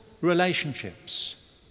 relationships